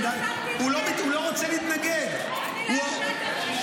הוא לא רוצה להתנגד --- זו הצעה של השר